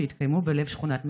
שהתקיימו בלב שכונת מגורים?